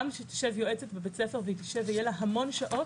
גם כשתשב יועצת בבית ספר והיא תשב ויהיה לה המון שעות,